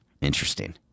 interesting